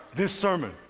this sermon.